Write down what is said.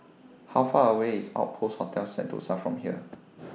How Far away IS Outpost Hotel Sentosa from here